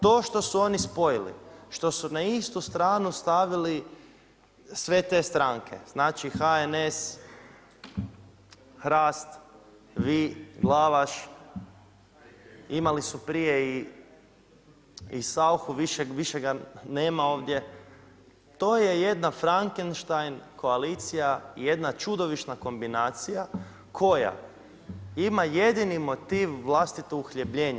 To što su oni spojili, što su na istu stranu stavili sve te stranke, znači HNS, HRAST, vi, Glavaš, imali su prije i Sauchu, više ga nema ovdje, to je jedna Frankenstein koalicija i jedna čudovišna kombinacija koja ima jedini motiv vlastito uhljebljenje.